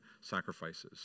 sacrifices